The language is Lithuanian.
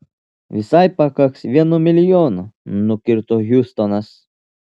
visai pakaks vieno milijono nukirto hiustonas